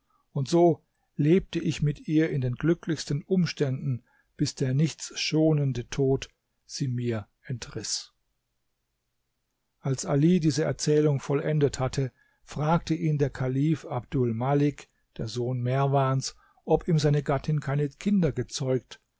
und so lebte ich mit ihr in den glücklichsten umständen bis der nichts schonende tod sie mir entriß als ali diese erzählung vollendet hatte fragte ihn der kalif abdul malik der sohn merwans ob ihm seine gattin keine kinder gezeugt